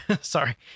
Sorry